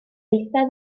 eistedd